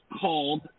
called